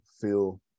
feel